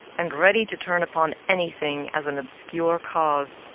and ready to turn upon anything as an obscure cause.